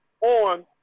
on